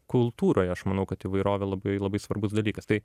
kultūroj aš manau kad įvairovė labai labai svarbus dalykas tai